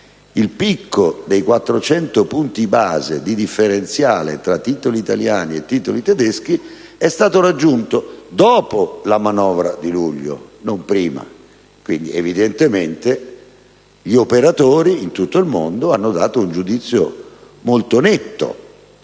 Il picco dei 400 punti base di differenziale tra titoli italiani e titoli tedeschi è stato raggiunto dopo la manovra di luglio, e non prima. Quindi, evidentemente, gli operatori, in tutto il mondo, hanno dato un giudizio molto netto